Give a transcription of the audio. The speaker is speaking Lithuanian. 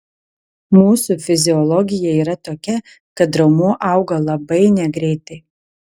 mūsų fiziologija yra tokia kad raumuo auga labai negreitai